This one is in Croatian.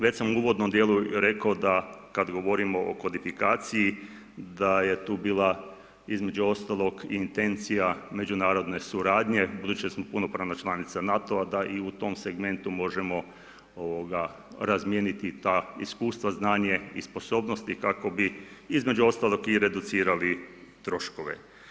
Već sam u uvodnom dijelu rekao da kad govorimo o kodifikaciji, da je tu bila između ostalog i intencija međunarodne suradnje, budući da smo punopravna članica NATO-a da i u tom segmentu možemo razmijeniti ta iskustva, znanje i sposobnosti, kako bi između ostalog i reducirali troškove.